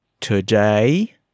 today